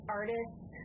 artists